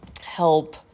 help